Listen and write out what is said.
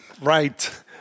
right